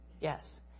Yes